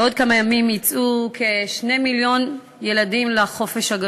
בעוד כמה ימים יצאו כ-2 מיליון ילדים לחופשה,